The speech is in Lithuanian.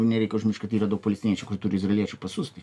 nereikia užmiršt kad yra daug palestiniečių kurie turi izraeliečių pasus tai